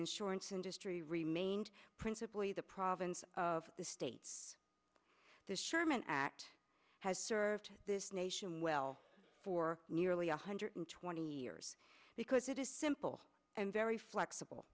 insurance industry remained principally the province of the state the sherman act has served this nation well for nearly one hundred twenty years because it is simple and very flexible